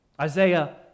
Isaiah